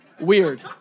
Weird